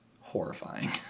horrifying